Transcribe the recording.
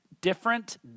different